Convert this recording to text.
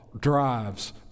drives